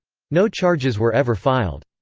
no charges were ever filed.